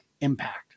impact